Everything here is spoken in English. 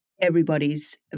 Everybody's